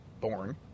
born